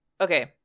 Okay